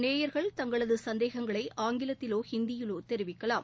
நேயர்கள் தங்களது சந்தேகங்களை ஆங்கிலத்திலோ ஹிந்தியிலோ தெரிவிக்கலாம்